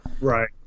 right